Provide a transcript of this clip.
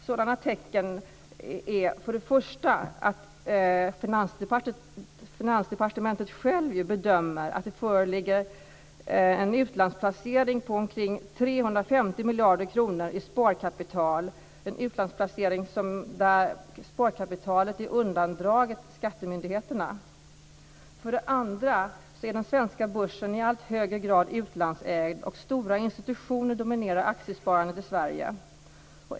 Sådana tecken är för det första att Finansdepartementet självt bedömer att det föreligger en utlandsplacering på omkring 350 miljarder kronor i sparkapital. Det är en utlandsplacering där sparkapitalet är undandraget skattemyndigheterna. För det andra är den svenska börsen i allt högre grad utlandsägd. Stora institutioner dominerar aktiesparandet i Sverige.